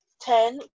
ten